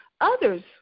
others